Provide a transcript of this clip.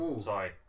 sorry